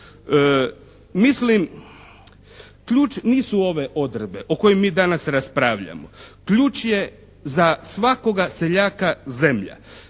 Mislim ključ nisu ove odredbe o kojima mi danas raspravljamo. Ključ je za svakoga seljaka zemlja,